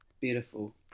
beautiful